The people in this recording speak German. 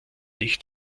nicht